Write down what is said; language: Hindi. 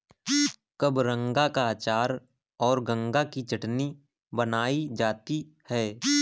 कबरंगा का अचार और गंगा की चटनी बनाई जाती है